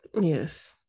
Yes